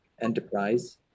Enterprise